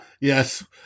Yes